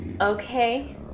okay